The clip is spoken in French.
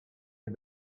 est